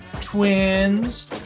twins